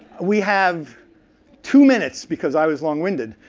we have two minutes, because i was long-winded,